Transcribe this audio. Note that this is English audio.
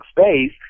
space